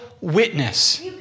witness